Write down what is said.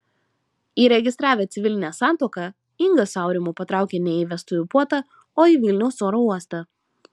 įregistravę civilinę santuoką inga su aurimu patraukė ne į vestuvių puotą o į vilniaus oro uostą